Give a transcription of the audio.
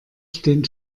stehen